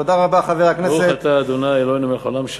תודה רבה, חבר הכנסת כהן.